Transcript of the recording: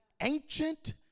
ancient